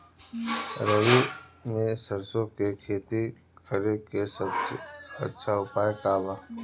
रबी में सरसो के खेती करे के सबसे अच्छा उपाय का बा?